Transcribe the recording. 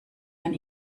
man